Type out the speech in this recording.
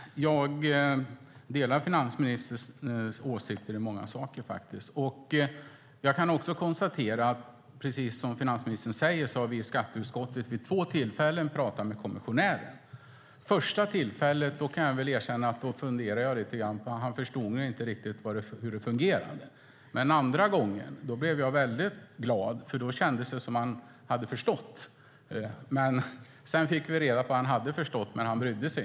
Fru talman! Jag delar finansministerns åsikter i mycket. Jag kan också konstatera att vi i skatteutskottet, precis som finansministern säger, vid två tillfällen har pratat med kommissionären. Vid första tillfället kan jag erkänna att jag funderade lite grann, för han förstod nog inte riktigt hur det fungerade. Men andra gången blev jag väldigt glad, för då kändes det som att han hade förstått. Men sedan fick vi reda på att han hade förstått men inte brydde sig.